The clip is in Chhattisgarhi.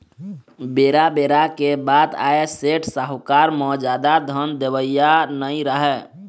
बेरा बेरा के बात आय सेठ, साहूकार म जादा धन देवइया नइ राहय